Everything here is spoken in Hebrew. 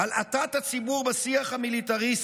הלעטת הציבור בשיח המיליטריסטי,